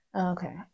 Okay